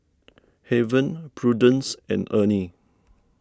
Haven Prudence and Ernie